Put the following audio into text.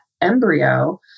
embryo